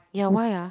ya why ah